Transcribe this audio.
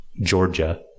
Georgia